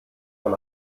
von